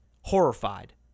horrified